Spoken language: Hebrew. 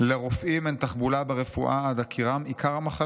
'לרופאים אין תחבולה ברפואה עד הכירם עיקר המחלה'.